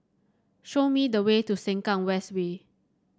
show me the way to Sengkang West Way